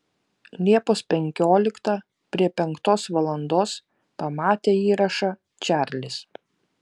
liepos penkioliktą prie penktos valandos pamatė įrašą čarlis